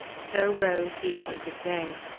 so rose the appointed day.